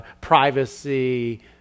privacy